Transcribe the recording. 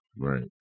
right